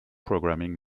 programming